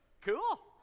cool